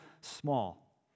small